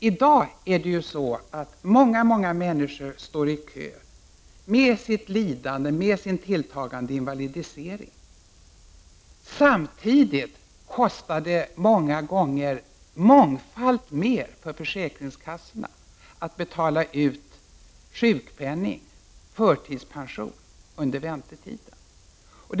I dag står ju många människor i kö med sitt lidande och med sin tilltagande invalidisering. Samtidigt kostar det ofta mångfaldigt mer för försäkringskassorna att betala ut sjukpenning eller förtidspension under väntetiden.